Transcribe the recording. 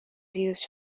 used